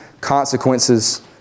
consequences